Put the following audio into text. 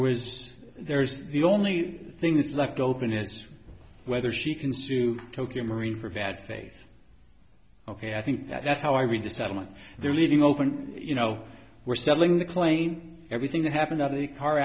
was there is the only thing that's like open is whether she can sue tokio marine for bad faith ok i think that's how i read the settlement they're leaving open you know we're selling the claim everything that happened on the car